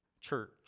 church